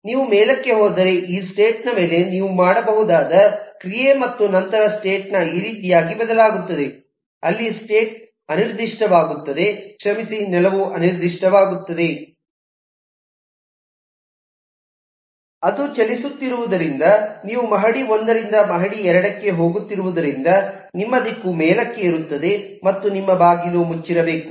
ನೀವು ಮೇಲಕ್ಕೆ ಹೋದರೆ ಈ ಸ್ಟೇಟ್ ನ ಮೇಲೆ ನೀವು ಮಾಡಬಹುದಾದ ಕ್ರಿಯೆ ಮತ್ತು ನಂತರ ಸ್ಟೇಟ್ ಈ ರೀತಿಯಾಗಿ ಬದಲಾಗುತ್ತದೆ ಅಲ್ಲಿ ಸ್ಟೇಟ್ ಅನಿರ್ದಿಷ್ಟವಾಗುತ್ತದೆ ಕ್ಷಮಿಸಿ ನೆಲವು ಅನಿರ್ದಿಷ್ಟವಾಗುತ್ತದೆ ಅದು ಚಲಿಸುತ್ತಿರುವುದರಿಂದ ನೀವು ಮಹಡಿ 1 ರಿಂದ ಮಹಡಿ 2 ಕ್ಕೆ ಹೋಗುತ್ತಿರುವುದರಿಂದ ನಿಮ್ಮ ದಿಕ್ಕು ಮೇಲಕ್ಕೆ ಇರುತ್ತದೆ ಮತ್ತು ನಿಮ್ಮ ಬಾಗಿಲು ಮುಚ್ಚಿರಬೇಕು